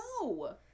No